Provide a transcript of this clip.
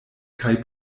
kaj